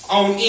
on